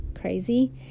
Crazy